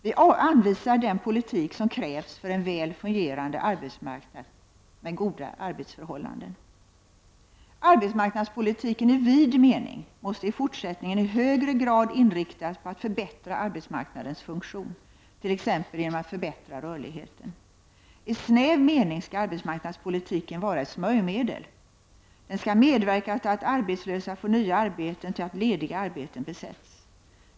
Vi anvisar den politik som krävs för en väl fungerande arbetsmarknad med goda arbetsförhållanden. Arbetsmarknadspolitiken i vid mening måste i fortsättningen i högre grad inriktas på att förbättra arbetsmarknadens funktion, t.ex. genom att förbättra rörligheten. I snäv mening skall arbetsmarknadspolitiken vara ett smörjmedel. Den skall medverka till att arbetslösa får nya arbeten och till att lediga arbeten besätts.